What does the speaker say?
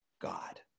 God